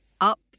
up